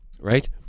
right